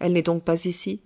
elle n'est donc pas ici